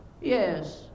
Yes